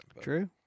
True